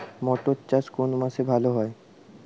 মটর চাষ কোন মাসে ভালো হয়?